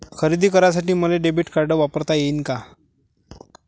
खरेदी करासाठी मले डेबिट कार्ड वापरता येईन का?